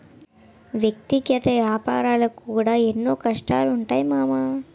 వ్యక్తిగత ఏపారాలకు కూడా ఎన్నో కష్టనష్టాలుంటయ్ మామా